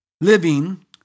living